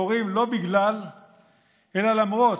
קורים לא בגלל אלא למרות.